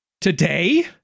Today